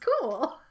cool